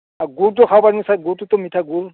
অ' গুৰটো খাব পাৰিমনে ছাৰ গুৰটোতো মিঠা গুৰ